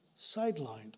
sidelined